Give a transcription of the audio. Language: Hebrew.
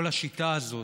כל השיטה הזאת,